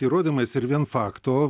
įrodymais ir vien fakto